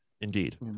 indeed